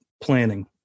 planning